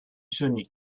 sonic